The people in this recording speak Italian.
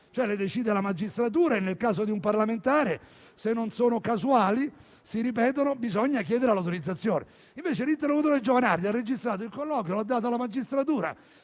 decise dalla magistratura e, nel caso di un parlamentare, se non sono casuali e si ripetono, bisogna chiedere l'autorizzazione. Invece l'interlocutore di Giovanardi ha registrato il colloquio e lo ha dato alla magistratura.